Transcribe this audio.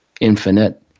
infinite